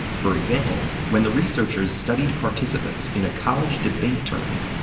for example, when the researchers studied participants in a college debate tournament,